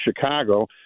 Chicago